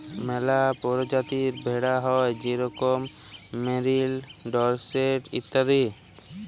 ম্যালা পরজাতির ভেড়া হ্যয় যেরকম মেরিল, ডরসেট ইত্যাদি